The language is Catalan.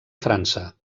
frança